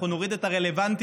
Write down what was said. אנחנו נוריד את הרלוונטיות